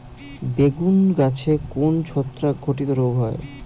বেগুন গাছে কোন ছত্রাক ঘটিত রোগ হয়?